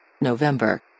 November